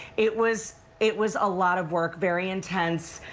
it was it was a lot of work very intense.